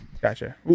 Gotcha